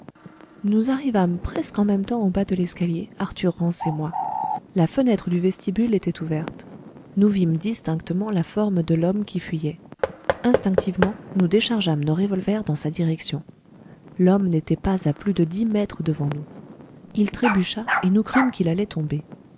nous arrivâmes presque en même temps au bas de l'escalier arthur rance et moi la fenêtre du vestibule était ouverte nous vîmes distinctement la forme de l'homme qui fuyait instinctivement nous déchargeâmes nos revolvers dans sa direction l'homme n'était pas à plus de dix mètres devant nous il trébucha et nous crûmes qu'il allait tomber